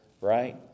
right